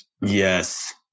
Yes